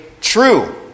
true